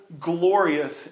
glorious